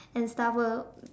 and stuff will